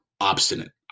obstinate